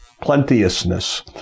plenteousness